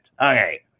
Okay